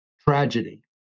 tragedy